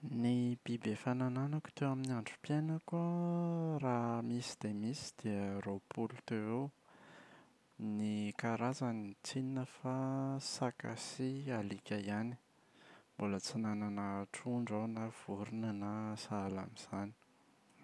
Ny biby efa nananako teo amin’ny androm-piainako an raha misy dia misy dia teo amin’ny roapolo. Ny karazany tsy inona fa saka sy alika ihany. Mbola tsy nanana trondro aho na vorona na sahala amin’izany.